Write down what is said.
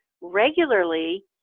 regularly